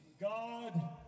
God